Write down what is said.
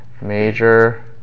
major